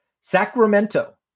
Sacramento